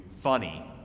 funny